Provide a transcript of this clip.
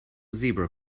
zebra